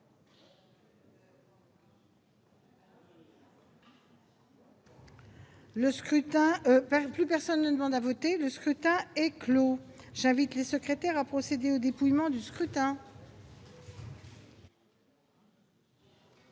Le scrutin est clos. J'invite Mmes et MM. les secrétaires à procéder au dépouillement du scrutin.